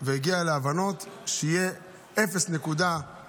והגיע להבנות שיהיה 0.8,